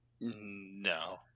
No